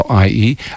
.ie